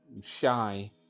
shy